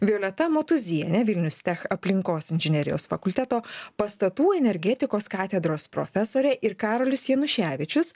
violeta motuzienė vilnius tech aplinkos inžinerijos fakulteto pastatų energetikos katedros profesorė ir karolis januševičius